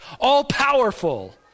all-powerful